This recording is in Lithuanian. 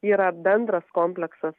yra bendras kompleksas